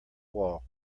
wall